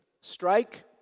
Strike